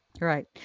right